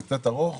זה קצת ארוך.